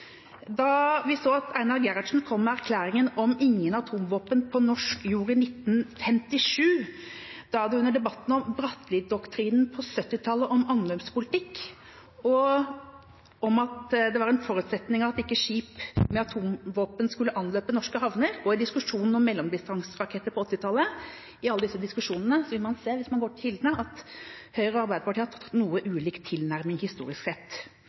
vi ser på da Einar Gerhardsen kom med erklæringen om ingen atomvåpen på norsk jord i 1957, debatten om Bratteli-doktrinen på 1970-tallet om anløpspolitikk og forutsetningen om at skip med atomvåpen ikke skulle anløpe norske havner, og diskusjonen om mellomdistanseraketter på 1980-tallet, vil man i alle disse diskusjonene se, hvis man går til kildene, at Høyre og Arbeiderpartiet har hatt en noe ulik tilnærming historisk sett.